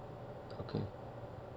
okay